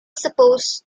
supposed